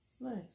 nice